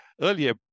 earlier